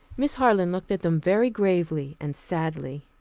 miss harland looked at them very gravely and sadly.